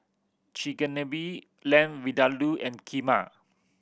Chigenabe Lamb Vindaloo and Kheema